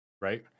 right